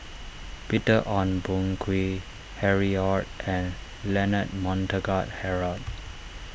Peter Ong Boon Kwee Harry Ord and Leonard Montague Harrod